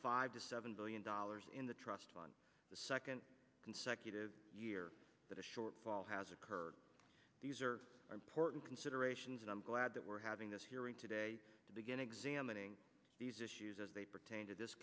five to seven billion dollars in the trust on the second consecutive year that a shortfall has occurred these are important considerations and i'm glad that we're having this hearing today to begin examining these issues as they pertain to this